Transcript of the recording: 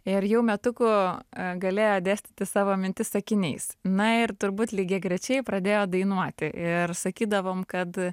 ir jau metukų galėjo dėstyti savo mintis sakiniais na ir turbūt lygiagrečiai pradėjo dainuoti ir sakydavom kad